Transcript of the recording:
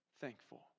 Thankful